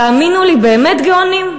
תאמינו לי, באמת גאונים.